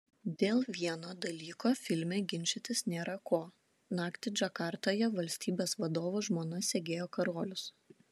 dėl vieno dalyko filme ginčytis nėra ko naktį džakartoje valstybės vadovo žmona segėjo karolius